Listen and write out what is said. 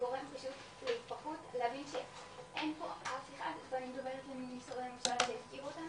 גורם פשוט להתפרקות להבין שאין פה אף אחד שיתמוך בנו,